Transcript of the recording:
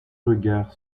regard